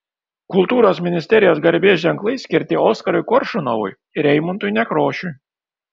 kultūros ministerijos garbės ženklai skirti oskarui koršunovui ir eimuntui nekrošiui